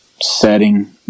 setting